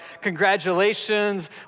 congratulations